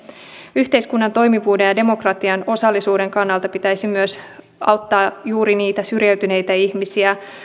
yhteiskunnan toimivuuden ja demokratian osallisuuden kannalta pitäisi myös auttaa juuri niitä syrjäytyneitä ihmisiä